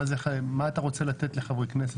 מה אתה רוצה לתת לחברי כנסת?